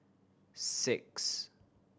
six